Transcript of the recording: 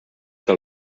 que